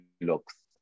looks